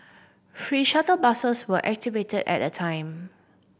free shuttle buses were activated at a time